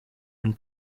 and